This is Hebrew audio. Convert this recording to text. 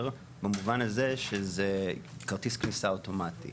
במובן הזה שזה כרטיס כניסה אוטומטי,